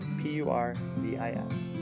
P-U-R-V-I-S